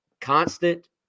Constant